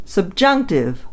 Subjunctive